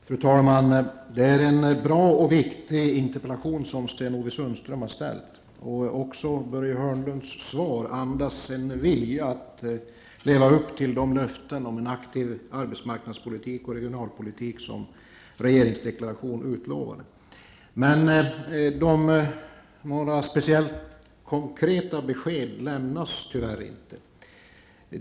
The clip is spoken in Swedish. Fru talman! Det är en bra och viktig interpellation som Sten-Ove Sundström har framställt, och Börje Hörnlunds svar andas en vilja att leva upp till de löften om en aktiv arbetsmarknadspolitik och regionalpolitik som regeringsdeklarationen utlovar. Men några speciellt konkreta besked lämnas tyvärr inte.